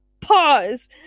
pause